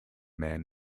man